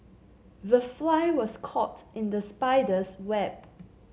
the fly was caught in the spider's web